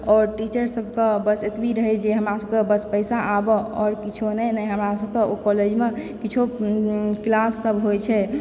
आओर टीचर सबके बस एतबी रहए जे हमरा सबके बस पैसा आबए आओर किछु नहि हमरा सबके ओ कॉलेजमे किछु क्लास सब होइत छै